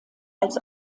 als